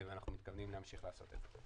ואנחנו מתכוונים להמשיך לעשות זאת.